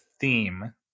theme